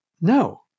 no